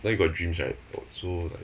then you got dreams right oh so like